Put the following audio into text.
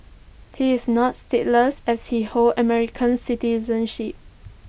he is not stateless as he holds American citizenship